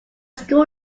school